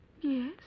Yes